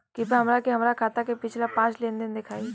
कृपया हमरा के हमार खाता के पिछला पांच लेनदेन देखाईं